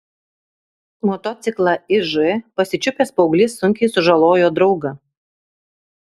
motociklą iž pasičiupęs paauglys sunkiai sužalojo draugą